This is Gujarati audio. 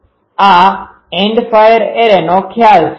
આ એન્ડ ફાયર એરેનો ખ્યાલ છે